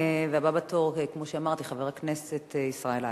והבא בתור, כמו שאמרתי, חבר הכנסת ישראל אייכלר.